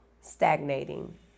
stagnating